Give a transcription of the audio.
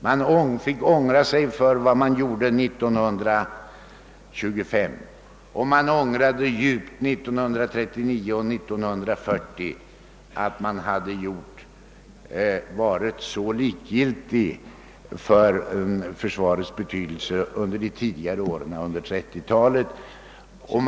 Man fick ångra sig för vad man gjorde år 1925, och man ångrade djupt åren 1939 och 1940 att man hade varit så likgiltig för försvarets betydelse under de tidigare åren av 1930-talet.